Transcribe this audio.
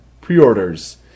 pre-orders